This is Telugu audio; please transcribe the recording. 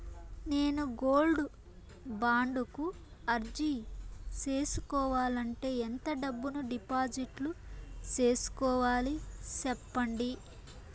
నేను గోల్డ్ బాండు కు అర్జీ సేసుకోవాలంటే ఎంత డబ్బును డిపాజిట్లు సేసుకోవాలి సెప్పండి